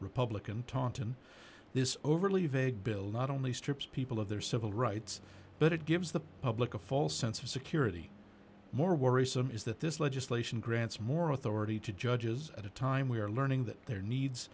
republican tonton this overly vague bill not only strips people of their civil rights but it gives the public a false sense of security more worrisome is that this legislation grants more authority to judges at a time we are learning that there needs